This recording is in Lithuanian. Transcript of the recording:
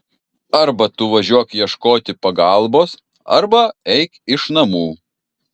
arba tu važiuok ieškoti pagalbos arba eik iš namų